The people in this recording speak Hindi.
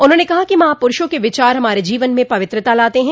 उन्होंने कहा कि महापुरूषों के विचार हमारे जीवन में पवित्रता लाते हैं